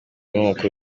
n’umukuru